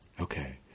okay